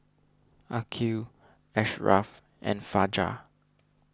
Aqil Ashraff and Fajar